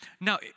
now